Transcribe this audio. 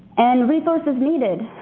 and resources needed,